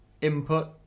input